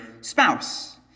spouse